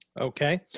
Okay